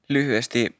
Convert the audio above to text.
Lyhyesti